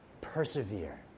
persevere